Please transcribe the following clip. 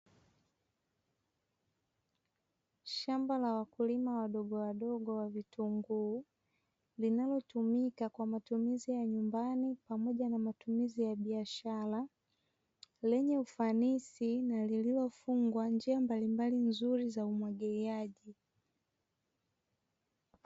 Shamba la wakulima wadogowadogo wa vitunguu, linalotumika kwa matumizi ya nyumbani pamoja na matumizi ya biashara, lenye ufanisi na lililofungwa njia mbalimbali nzuri za umwagiliaji.